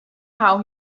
how